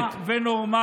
למטרה ישרה ונורמלית.